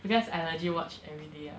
because I legit watch everyday ah